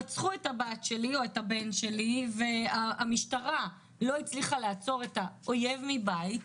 רצחו את הבת או הבן והמשטרה לא הצליח לעצור את האויב מבית,